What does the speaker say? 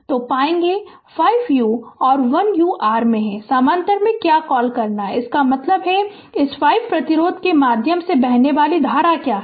तो पाएंगे कि 5 Ù और 1 Ù r में हैं समानांतर में क्या कॉल है इसका मतलब है कि इस 5 प्रतिरोध के माध्यम से बहने वाली धारा क्या है